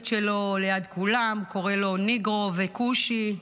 שלו ליד כולם קורא לו "ניגרו" ו"כושי",